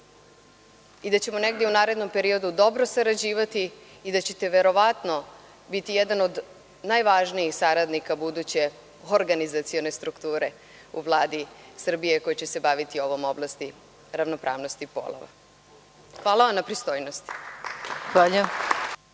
i da ćemo negde i u narednom periodu dobro sarađivati i da ćete verovatno biti jedan od najvažnijih saradnika buduće organizacione strukture u Vladi Srbije koja će se baviti ovom oblasti ravnopravnosti polova. Hvala vam na pristojnosti. **Maja